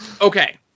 Okay